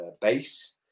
base